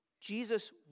Jesus